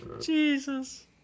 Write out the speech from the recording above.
Jesus